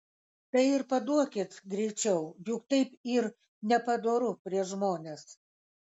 tai ir paduokit greičiau juk taip yr nepadoru prieš žmones